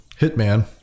hitman